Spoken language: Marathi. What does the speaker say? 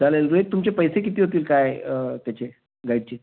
चालेल रोहित तुमचे पैसे किती होतील काय त्याचे गाईडचे